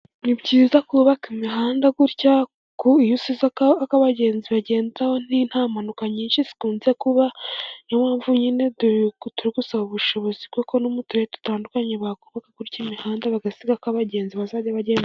Ni byiza kubaka imihanda gutya, iyo usize ako abagenzi bagenderaho nta mpanuka nyinshi zikunze kuba, niyo mpamvu nyine turi gusaba ubushobozi kuko no mu turere dutandukanye bakubaka gutya imihanda, bagasiga ako abagenzi bazajya bagenderamo.